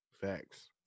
Facts